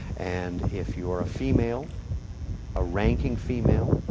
and if you are ah female a ranking female,